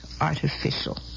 artificial